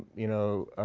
you know,